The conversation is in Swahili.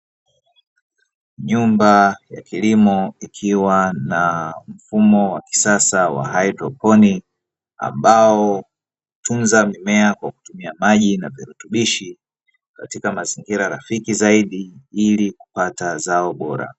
Nyumba ya kilimo ikiwa na mfumo wa kisasa wa haidroponi ambao hutunza mimea kwa kutumia maji na virutubishi katika mazingira rafiki zaidi ili kupata zao bora.